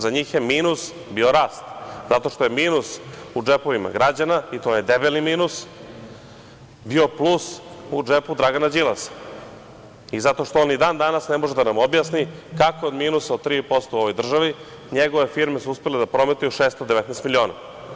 Za njih je minus bio rast, zato što je minus u džepovima građana, i to je debeli minus, bio plus u džepu Dragana Đilasa i zato što on ni dan-danas ne može da nam objasni kako od minusa od 3% u ovoj državi njegove firme su uspele da prometuju 619 miliona.